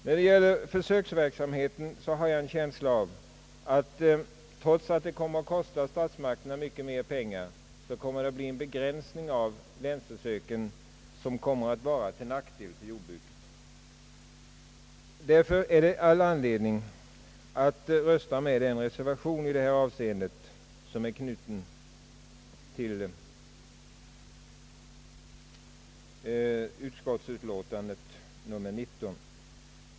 När det gäller försöksverksamheten har jag en känsla av att det, trots att det kommer att kosta statsmakterna mycket mera pengar, kommer att bli en begränsning av länsförsöken, vilket är till nackdel för jordbruket. Det är därför all anledning att rösta för den reservation som är knuten till denna punkt i utskottets utlåtande nr 19.